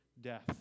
death